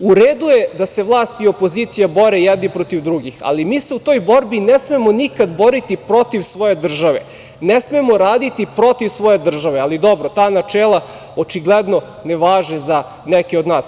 U redu je da se vlast i opozicija bore jedni protiv drugih, ali mi se u toj borbi ne smemo nikada boriti protiv svoje države, ne smemo raditi protiv svoje države, ali dobro, ta načela očigledno ne važe za neke od nas.